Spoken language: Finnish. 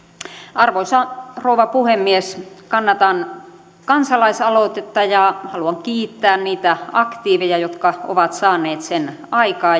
arvoisa rouva puhemies kannatan kansalaisaloitetta ja haluan kiittää niitä aktiiveja jotka ovat saaneet sen